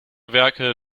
werke